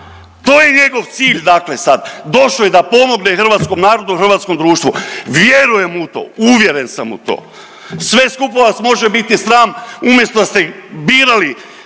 To je njegov cilj dakle sad, došo je da pomogne hrvatskom narodu i hrvatskom društvu, vjerujem u to, uvjeren sam u to. Sve skupa vas može biti sram, umjesto da ste birali